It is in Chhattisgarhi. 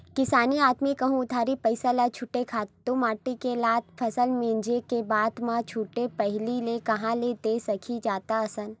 किसान आदमी कहूँ उधारी पइसा ल छूटथे खातू माटी के ल त फसल मिंजे के बादे म छूटथे पहिली ले कांहा दे सकही जादा असन